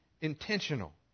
intentional